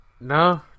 No